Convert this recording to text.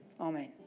Amen